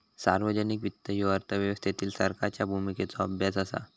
सार्वजनिक वित्त ह्यो अर्थव्यवस्थेतील सरकारच्या भूमिकेचो अभ्यास असा